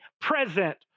present